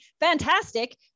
Fantastic